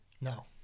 No